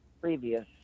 previous